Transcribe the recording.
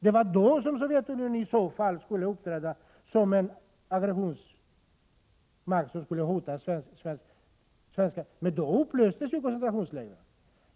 Det var då som Sovjetunionen i så fall skulle ha uppträtt som ett hot mot Sverige, men då upplöstes interneringslägren.